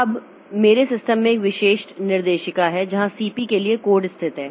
अब मेरे सिस्टम में एक विशिष्ट निर्देशिका है जहां cp के लिए कोड स्थित है